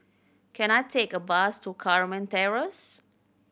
can I take a bus to Carmen Terrace